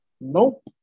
Nope